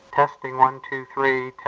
testing, one, two, three.